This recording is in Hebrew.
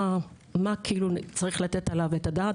על מה צריך לתת את הדעת.